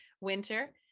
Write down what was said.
winter